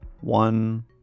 one